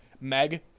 Meg